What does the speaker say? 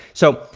so,